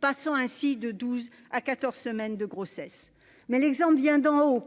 passant ainsi de douze à quatorze semaines de grossesse ». L'exemple vient d'en haut,